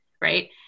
right